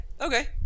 okay